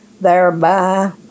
thereby